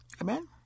Amen